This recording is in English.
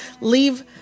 Leave